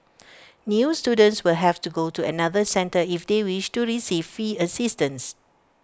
new students will have to go to another centre if they wish to receive fee assistance